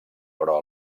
però